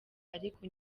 ariko